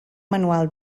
manual